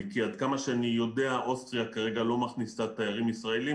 כי עד כמה שאני יודע אוסטריה כרגע לא מכניסה תיירים ישראלים,